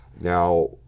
Now